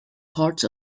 parts